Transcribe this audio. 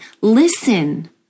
Listen